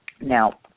Now